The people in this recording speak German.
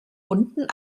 unten